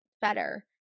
better